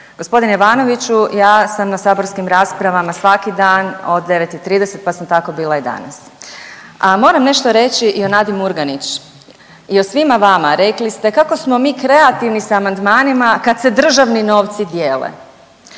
Gospodine Ivanoviću ja sam na saborskim rasprava svaki dan od 9 i 30 pa sam tako bila i danas, a moram nešto reći i o Nadi Murganić i o svima vama. Rekli ste kako smo mi kreativni s amandmanima kad se državni novci dijele.